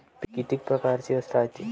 पिकं किती परकारचे रायते?